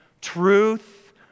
truth